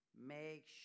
make